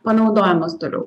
panaudojamos toliau